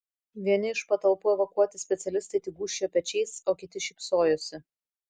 vieni iš patalpų evakuoti specialistai tik gūžčiojo pečiais o kiti šypsojosi